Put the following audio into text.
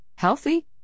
healthy